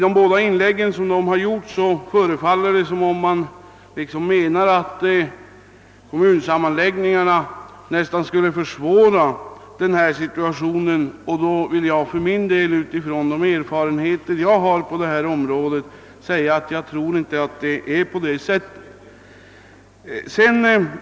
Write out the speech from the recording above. Det verkar nästan som om interpellanterna menar att kommunsammanläggningarna skulle försvåra situationen, och därför vill jag — med utgångspunkt i de erfarenheter jag har på området — säga ifrån att jag inte tror att det är på det sättet.